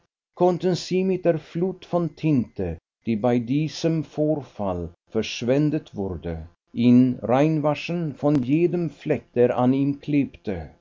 konnten sie mit der flut von tinte die bei diesem vorfall verschwendet wurde ihn reinwaschen von jedem fleck der an ihm klebte